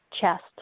chest